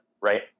right